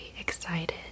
excited